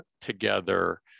together